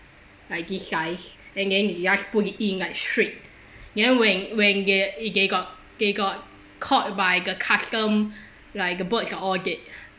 like this size and then it just put it in like strict you know when when they they got they got caught by the custom like the birds are all dead